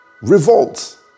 revolt